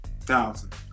thousand